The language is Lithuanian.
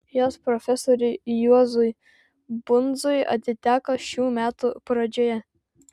jos profesoriui juozui pundziui atiteko šių metų pradžioje